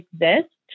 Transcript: exist